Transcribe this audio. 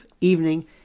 evening